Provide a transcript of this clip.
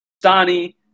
Donnie